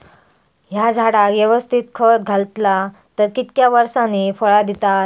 हया झाडाक यवस्तित खत घातला तर कितक्या वरसांनी फळा दीताला?